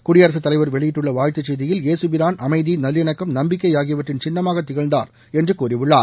குடியரசுத் தலைவர் வெளியிட்டுள்ள வாழ்த்துச் செய்தியில் ஏசு பிரான் அமைதி நல்லிணக்கம் நம்பிக்கை ஆகியவற்றின் சின்னமாக திகழ்ந்தார் என்று கூறியுள்ளார்